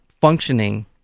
functioning